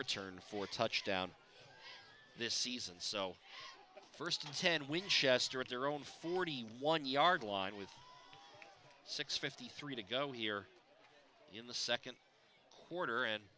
return for a touchdown this season so first ten winchester at their own forty one yard line with six fifty three to go here in the second quarter and